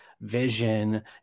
vision